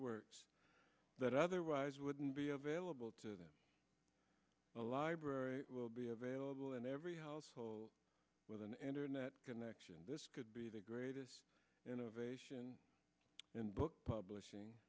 works that otherwise wouldn't be available to a library be available in every household with an internet connection this could be the greatest innovation in book publishing